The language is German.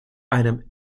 einem